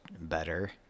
better